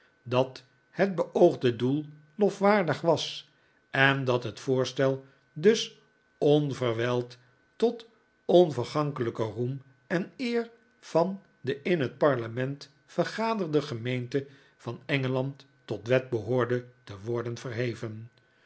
dat het beoogde doel lofwaardig was en dat het voorstel dus onverwijld tot onvergankelijken roem en eer van de in het parlement vergaderde gemeenten van engeland tot wet behoorde te worden verheven